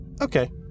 okay